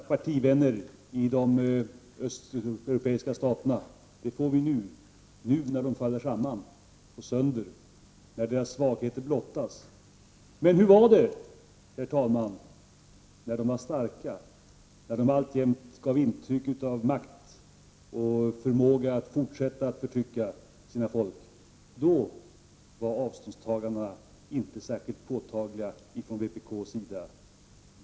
Herr talman! Vänsterpartiet kommunisterna tar nu avstånd från sina partivänner i de östeuropeiska staterha när dessa faller sönder och samman, när deras svagheter blottas. Men hur var det, herr talman, när de var starka, när de alltjämt gav intryck av makt och förmåga att fortsätta att förtrycka sina folk? Då var avståndstagandena inte särskilt påtagliga från vpk:s sida.